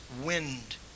wind